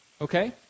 okay